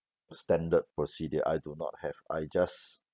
standard procedure I do not have I just